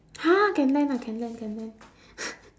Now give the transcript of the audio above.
!huh! can lend ah can lend can lend